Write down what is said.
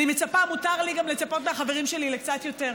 אני מצפה, מותר לי לצפות מהחברים שלי לקצת יותר.